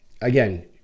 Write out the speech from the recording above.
again